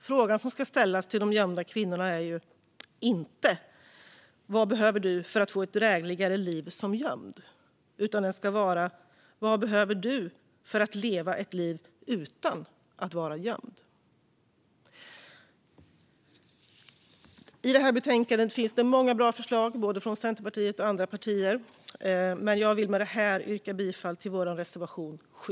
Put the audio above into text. Frågan som ska ställas till de gömda kvinnorna är inte: Vad behöver du för att få ett drägligare liv som gömd? Frågan ska i stället vara: Vad behöver du för att leva ett liv utan att vara gömd? I det här betänkandet finns många bra förslag från Centerpartiet och andra partier, men jag vill med detta yrka bifall till vår reservation 7.